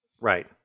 Right